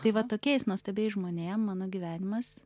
tai va tokiais nuostabiais žmonėm mano gyvenimas